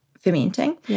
fermenting